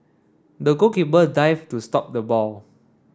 the goalkeeper dived to stop the ball